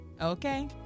Okay